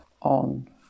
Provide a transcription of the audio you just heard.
on